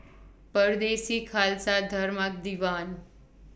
Pardesi Khalsa Dharmak Diwan